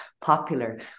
popular